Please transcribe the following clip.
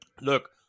look